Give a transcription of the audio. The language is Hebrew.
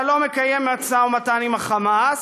אתה לא מקיים משא ומתן עם החמאס,